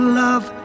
love